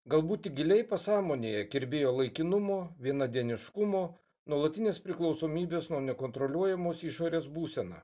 galbūt tik giliai pasąmonėje kirbėjo laikinumo vienadieniškumo nuolatinis priklausomybės nuo nekontroliuojamos išorės būsena